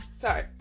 Sorry